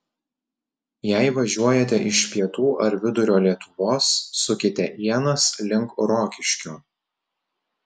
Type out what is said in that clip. jei važiuojate iš pietų ar vidurio lietuvos sukite ienas link rokiškio